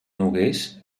nogués